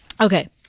Okay